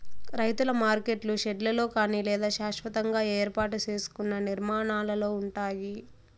రైతుల మార్కెట్లు షెడ్లలో కానీ లేదా శాస్వతంగా ఏర్పాటు సేసుకున్న నిర్మాణాలలో ఉంటాయి